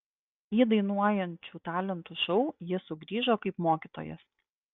į dainuojančių talentų šou jis sugrįžo kaip mokytojas